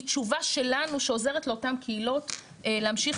היא תשובה שלנו שעוזרת לאותן קהילות להמשיך